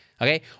okay